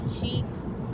cheeks